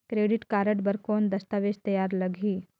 Credit card बर कौन दस्तावेज तैयार लगही?